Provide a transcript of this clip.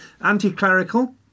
anti-clerical